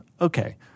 okay